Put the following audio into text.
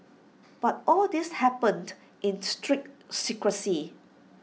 but all this happened in strict secrecy